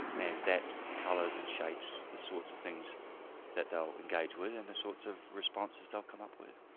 and that colours and shapes the sorts of things that they'll engage with and the sorts of responses they'll come up with.